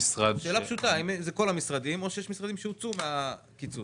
זו שאלה פשוטה: האם זה כל המשרדים או שיש משרדים שהוצאו מן הקיצוץ?